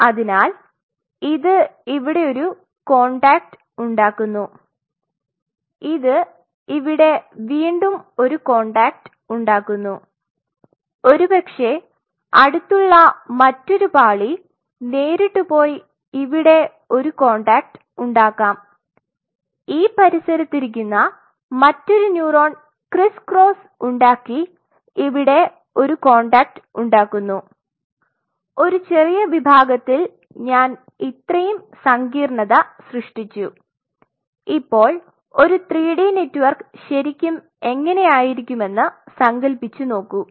അതിനാൽ ഇത് ഇവിടെ ഒരു കോൺടാക്റ്റ് ഉണ്ടാക്കുന്നു ഇത് ഇവിടെ വീണ്ടും ഒരു കോൺടാക്റ്റ് ഉണ്ടാക്കുന്നു ഒരുപക്ഷേ അടുത്തുള്ള മറ്റൊരു പാളി നേരിട്ട് പോയി ഇവിടെ ഒരു കോൺടാക്റ്റ് ഉണ്ടാകാം ഈ പരിസരത്ത് ഇരിക്കുന്ന മറ്റൊരു ന്യൂറോൺ ക്രിസ് ക്രോസ് ഉണ്ടാക്കി ഇവിടെ ഒരു കോൺടാക്റ്റ് ഉണ്ടാക്കുന്നു ഒരു ചെറിയ വിഭാഗത്തിൽ ഞാൻ ഇത്രയും സങ്കീർണ്ണത സൃഷ്ടിച്ചു ഇപ്പോൾ ഒരു 3 ഡി നെറ്റ്വർക്ക് ശരിക്കും എങ്ങനെയായിരിക്കുമെന്ന് സങ്കൽപ്പിച്ചുനോക്കൂ